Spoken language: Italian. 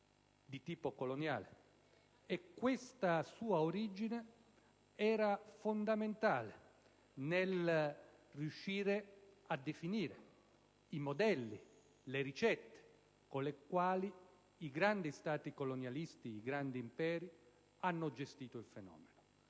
di tipo coloniale e questa sua origine era fondamentale nella definizione dei modelli, delle ricette con le quali i grandi Stati colonialisti, i grandi imperi, hanno gestito il fenomeno.